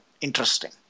interesting